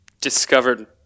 discovered